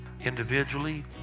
individually